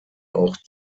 auch